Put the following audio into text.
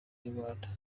inyarwanda